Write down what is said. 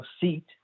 seat